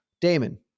Damon